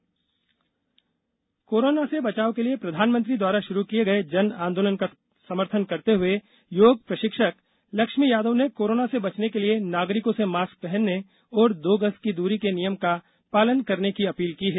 जन आंदोलन कोरोना से बचाव के लिए प्रधानमंत्री द्वारा शुरू किये गये जन आंदोलन का समर्थन करते हए योग प्रशिक्षक लक्ष्मी यादव ने कोरोना से बचने के ॅलिए नागरिकों से मास्क पहनने और दो गज की दूरी के नियम का पालन करने की अपील की है